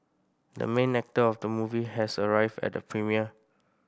the main actor of the movie has arrived at the premiere